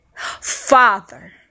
Father